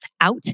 out